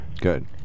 Good